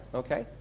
okay